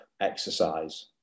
exercise